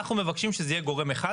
אנחנו מבקשים שזה יהיה גורם אחד,